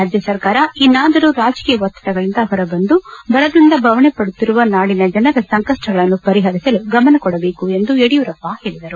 ರಾಜ್ಯ ಸರ್ಕಾರ ಇನ್ನಾದರೂ ರಾಜಕೀಯ ಒತ್ತದಗಳಿಂದ ಹೊರಬಂದು ಬರದಿಂದ ಬವಣೆಪದುತ್ತಿರುವ ನಾಡಿನ ಜನರ ಸಂಕಷ್ವಗಳನ್ನು ಪರಿಹರಿಸಲು ಗಮನ ಕೊಡಬೇಕು ಎಂದು ಯಡಿಯೂರಪ್ಪ ಹೇಳಿದರು